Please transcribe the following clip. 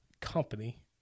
company